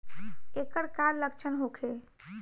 ऐकर का लक्षण होखे?